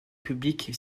publique